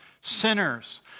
sinners